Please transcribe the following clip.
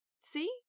See